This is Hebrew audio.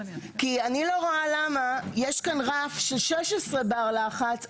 כי אני לא רואה למה יש כאן רף של 16 בר לחץ.